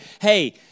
hey